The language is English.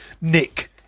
Nick